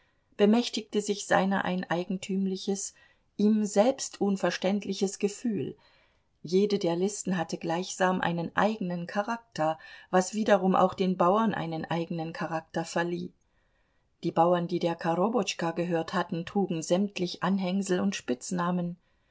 bemächtigte sich seiner ein eigentümliches ihm selbst unverständliches gefühl jede der listen hatte gleichsam einen eigenen charakter was wiederum auch den bauern einen eigenen charakter verlieh die bauern die der korobotschka gehört hatten trugen sämtlich anhängsel und spitznamen